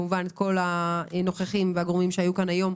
את כל הנוכחים והגורמים שהיו כאן היום,